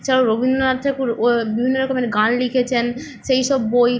এছাড়াও রবীন্দ্রনাথ ঠাকুর ও বিভিন্ন রকমের গান লিখেছেন সেই সব বই